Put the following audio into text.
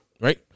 right